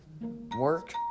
work